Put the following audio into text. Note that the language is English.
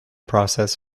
process